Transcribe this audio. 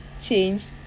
changed